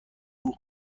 اون